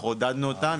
אנחנו עודדנו אותם.